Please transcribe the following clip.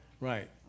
Right